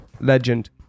legend